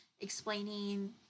explaining